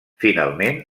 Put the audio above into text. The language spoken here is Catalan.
finalment